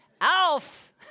Alf